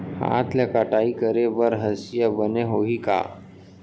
हाथ ले कटाई करे बर हसिया बने होही का?